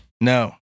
No